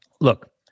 Look